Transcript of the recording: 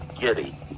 giddy